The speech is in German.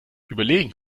überlegen